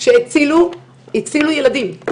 שהצילו ילדים.